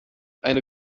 eine